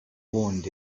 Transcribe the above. warned